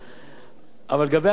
אבל לגבי הצעת החוק שלך: א.